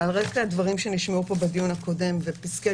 ועל רקע הדברים שנשמעו פה בדיון הקודם ופסקי